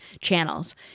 channels